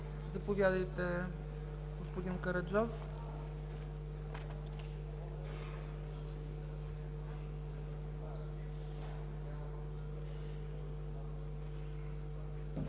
Заповядайте, господин Караджов.